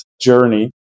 journey